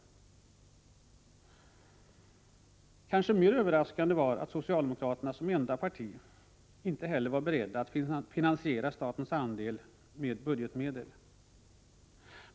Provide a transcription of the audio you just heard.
Kanske än mer överraskande än att så inte skedde var att socialdemokraterna som enda parti inte heller var beredda att finansiera statens andel med budgetmedel.